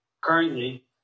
currently